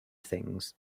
things